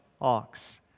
ox